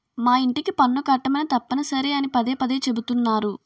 మా యింటికి పన్ను కట్టమని తప్పనిసరి అని పదే పదే చెబుతున్నారు